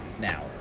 now